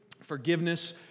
Forgiveness